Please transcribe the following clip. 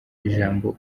ijambo